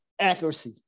Accuracy